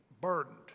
burdened